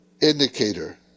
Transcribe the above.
indicator